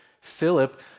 Philip